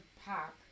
pack